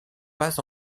pas